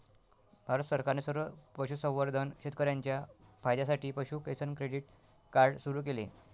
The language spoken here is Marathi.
भारत सरकारने सर्व पशुसंवर्धन शेतकर्यांच्या फायद्यासाठी पशु किसान क्रेडिट कार्ड सुरू केले